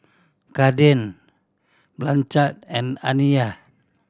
Kaden Blanchard and Aniyah